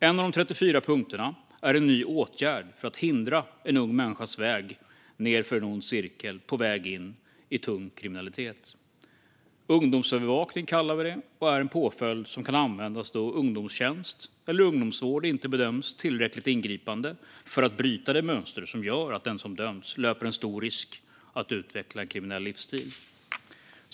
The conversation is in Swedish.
En av de 34 punkterna är en ny åtgärd för att hindra en ung människas väg in i en ond cirkel av tung kriminalitet. Ungdomsövervakning kallar vi det, och det är en påföljd som kan användas då ungdomstjänst eller ungdomsvård inte bedöms som tillräckligt ingripande för att bryta det mönster som gör att den som döms löper stor risk att utveckla en kriminell livsstil.